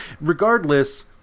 Regardless